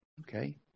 Okay